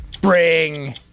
bring